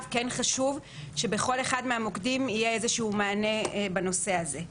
חשוב שבכל אחד מהמוקדים יהיה מענה בנושא הזה.